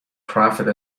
profit